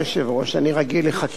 אני רגיל לחקירה נגדית,